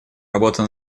работа